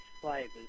flavors